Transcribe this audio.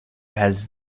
has